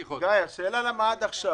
גיא, השאלה היא למה עד עכשיו.